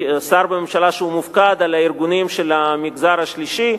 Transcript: שר בממשלה שמופקד על הארגונים של המגזר השלישי,